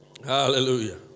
Hallelujah